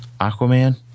Aquaman